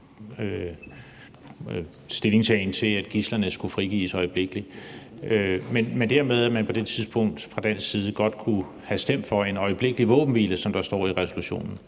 stillingtagen til, at gidslerne skulle frigives øjeblikkeligt. Men det er det her med, at man på det tidspunkt fra dansk side godt kunne have stemt for en øjeblikkelig våbenhvile, som der står i resolutionen.